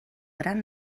gran